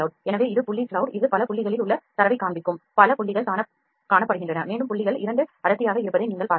எனவே இது புள்ளி cloud இது பல புள்ளிகளில் உள்ள தரவைக் காண்பிக்கும் பல புள்ளிகள் காண்பிக்கப்படுகின்றன மேலும் புள்ளிகள் 2 அடர்த்தியாக இருப்பதை நீங்கள் பார்க்கலாம்